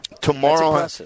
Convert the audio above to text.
Tomorrow